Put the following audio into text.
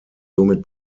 somit